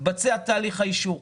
מתבצע תהליך האישור.